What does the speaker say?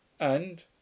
And